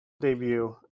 Debut